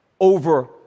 over